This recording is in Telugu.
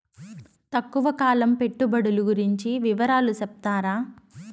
తక్కువ కాలం పెట్టుబడులు గురించి వివరాలు సెప్తారా?